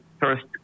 first